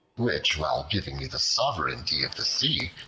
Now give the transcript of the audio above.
which, while giving me the sovereignty of the sea,